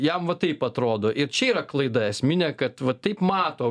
jam va taip atrodo ir čia yra klaida esminė kad va taip mato